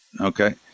Okay